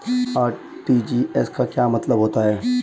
RTGS का क्या मतलब होता है?